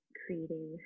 creating